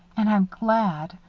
and i'm glad.